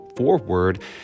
forward